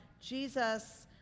Jesus